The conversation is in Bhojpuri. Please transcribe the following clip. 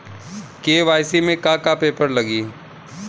के.वाइ.सी में का का पेपर लगी?